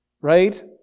right